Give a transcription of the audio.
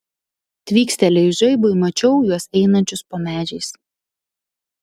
tvykstelėjus žaibui mačiau juos einančius po medžiais